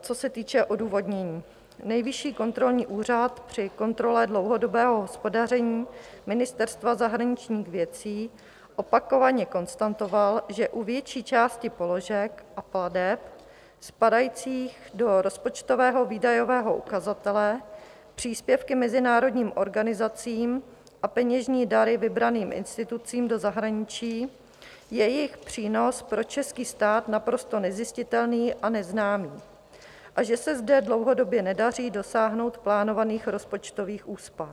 Co se týče odůvodnění: Nejvyšší kontrolní úřad při kontrole dlouhodobého hospodaření Ministerstva zahraničních věcí opakovaně konstatoval, že u větší části položek a plateb spadajících do rozpočtového výdajového ukazatele Příspěvky mezinárodním organizacím a peněžní dary vybraným institucím do zahraničí je jejich přínos pro český stát naprosto nezjistitelný a neznámý a že se zde dlouhodobě nedaří dosáhnout plánovaných rozpočtových úspor.